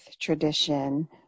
tradition